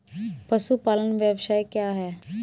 पशुपालन व्यवसाय क्या है?